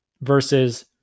Versus